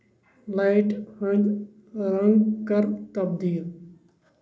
light ہٕندۍ رنگ کر تبدیٖل